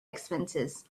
expenses